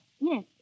Yes